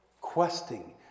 questing